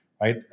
right